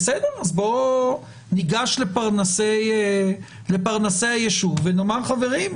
אז ניגש לפרנסי היישוב ונגיד: חברים,